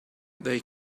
they